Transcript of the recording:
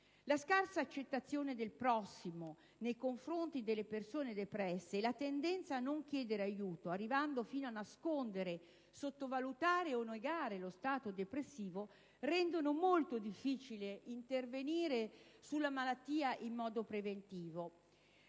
La scarsa accettazione del prossimo nei confronti delle persone depresse e la tendenza a non chiedere aiuto, arrivando fino a nascondere, sottovalutare o negare lo stato depressivo, rendono molo difficile intervenire sulla malattia in modo preventivo.